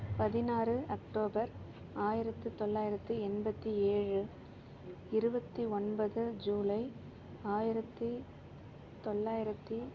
பதினாறு அக்டோபர் ஆயிரத்து தொள்ளாயிரத்து எண்பத்தி ஏழு இருபத்தி ஒன்பது ஜூலை ஆயிரத்தி தொள்ளாயிரத்தி